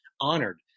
Honored